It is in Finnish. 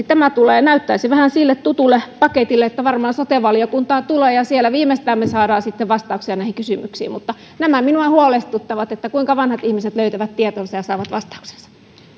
tämä näyttäisi vähän siltä tutulta paketilta että se varmaan sote valiokuntaan tulee ja siellä viimeistään me saamme sitten vastauksia näihin kysymyksiin mutta nämä asiat minua huolestuttavat kuinka vanhat ihmiset löytävät tietonsa ja saavat vastauksensa